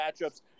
matchups